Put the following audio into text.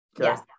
Yes